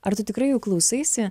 ar tu tikrai jų klausaisi